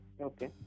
Okay